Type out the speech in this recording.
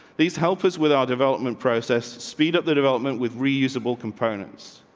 these helpers, with our development process, speed up the development with reusable components.